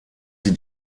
sie